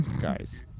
guys